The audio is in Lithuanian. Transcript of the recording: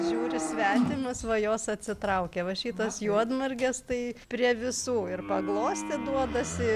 žiūri svetimas va jos atsitraukia va šitas juodmargės tai prie visų ir paglostė duodasi